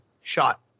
shot